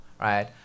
right